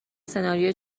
سناریو